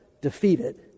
defeated